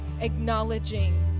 acknowledging